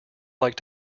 like